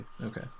Okay